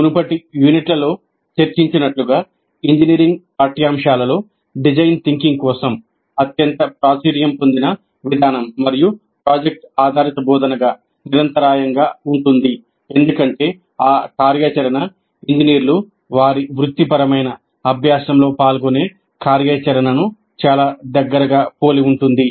మునుపటి యూనిట్లలో చర్చించినట్లుగా ఇంజనీరింగ్ పాఠ్యాంశాల్లో డిజైన్ థింకింగ్ కోసం అత్యంత ప్రాచుర్యం పొందిన విధానం మరియు ప్రాజెక్ట్ ఆధారిత బోధనగా నిరంతరాయంగా ఉంటుంది ఎందుకంటే ఆ కార్యాచరణ ఇంజనీర్లు వారి వృత్తిపరమైన అభ్యాసంలో పాల్గొనే కార్యాచరణను చాలా దగ్గరగా పోలి ఉంటుంది